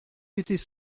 j’étais